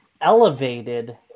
elevated